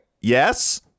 Yes